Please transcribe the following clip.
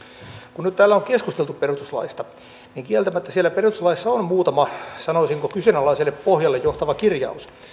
kun nyt täällä on keskusteltu perustuslaista niin kieltämättä siellä perustuslaissa on muutama sanoisinko kyseenalaiselle pohjalle johtava kirjaus